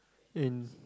in